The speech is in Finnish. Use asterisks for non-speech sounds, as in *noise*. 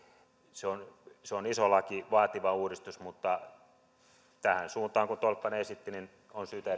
se on se on iso laki vaativa uudistus mutta tähän suuntaan mitä tolppanen esitti on syytä *unintelligible*